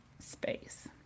space